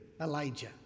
Elijah